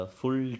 full